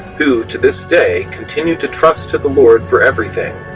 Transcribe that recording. who to this day, continue to trust to the lord for everything,